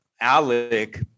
Alec